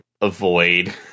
avoid